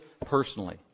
personally